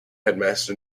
headmaster